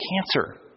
cancer